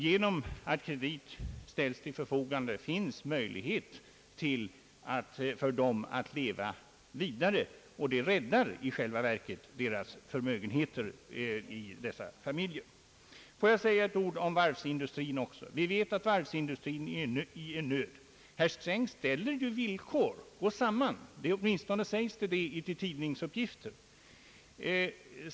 Genom att kredit ställs till förfogande finns möjlighet för dem att leva vidare, och det räddar i själva verket förmögenheterna åt deras familjer. Får jag säga några ord om varvsindustrin också. Vi vet att varvsindustrin är i nöd. Herr Sträng ställer villkor: Gå samman! Åtminstone sägs detta i tidningsuppgifter.